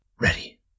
Ready